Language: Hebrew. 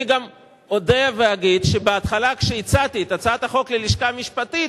אני גם אודה ואגיד שבהתחלה כשהצעתי את הצעת החוק ללשכה המשפטית,